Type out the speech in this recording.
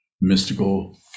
mystical